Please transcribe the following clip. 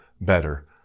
better